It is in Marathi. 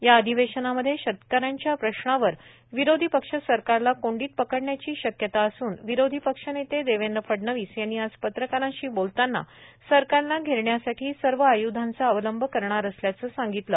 या अधिवेशनामध्ये शेतक यांच्या प्रश्नावर विरोधी पक्ष सरकारला कोंडीत पकडण्याचे शक्यता असून विरोधी पक्षनेते देवेंद्र फडणवीस यांनी आज पत्रकारांशी बोलताना सरकारला घेरण्यासाठी सर्व आय्धाचा अवलंब करणार असल्याचा सांगितलं